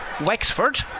Wexford